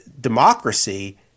democracy